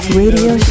radio